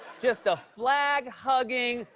just a flag-hugging,